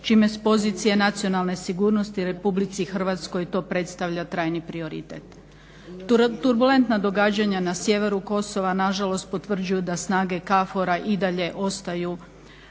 čime s pozicije nacionalne sigurnosti Republici Hrvatskoj to predstavlja trajni prioritet. Turbulentna događanja na sjeveru Kosova na žalost potvrđuju da snage KFOR-a i dalje ostaju